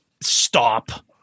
stop